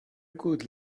good